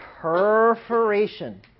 perforation